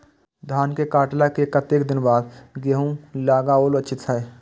धान के काटला के कतेक दिन बाद गैहूं लागाओल उचित छे?